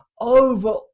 over